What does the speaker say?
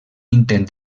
intent